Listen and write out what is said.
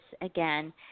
again